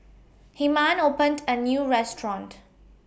Hyman opened A New Restaurant